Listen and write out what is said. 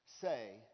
say